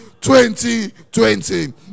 2020